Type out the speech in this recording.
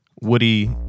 Woody